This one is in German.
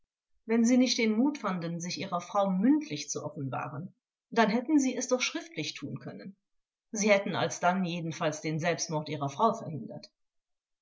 wenn sie nicht den mut fanden sich ihrer frau mündlich zu offenbaren dann hätten sie es doch schriftlich tun können sie hätten alsdann jedenfalls den selbstmord ihrer frau